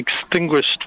extinguished